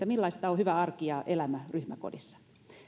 millaista on hyvä arki ja elämä ryhmäkodissa